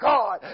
God